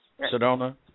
Sedona